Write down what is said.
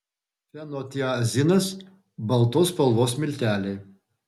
fenotiazinas baltos spalvos milteliai